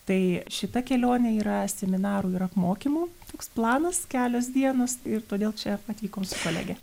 tai šita kelionė yra seminarų ir apmokymų toks planas kelios dienos ir todėl čia atvykom su kolege